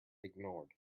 ignored